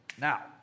Now